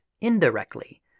indirectly